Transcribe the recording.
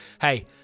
hey